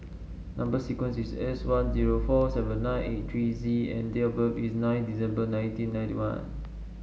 number sequence is S one zero four seven nine eight three Z and date of birth is nine December nineteen ninety one